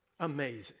Amazing